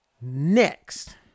next